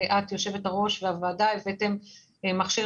את יושבת הראש והוועדה הבאתם מכשיר